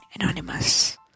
Anonymous